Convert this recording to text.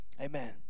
Amen